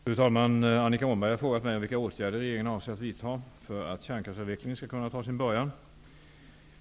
Fru talman! Annika Åhnberg har frågat mig om vilka åtgärder regeringen avser att vidta för att kärnkraftsavvecklingen skall kunna ta sin början.